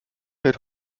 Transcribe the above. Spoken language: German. hält